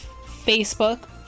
Facebook